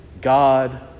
God